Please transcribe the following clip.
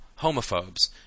homophobes